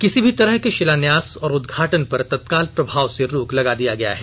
किसी भी तरह के शिलान्यास और उदघाटन पर तत्काल प्रभाव से रोक लगा दिया गया है